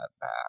back